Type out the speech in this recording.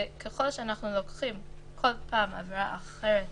וככל שאנחנו לוקחים כל פעם עבירה אחרת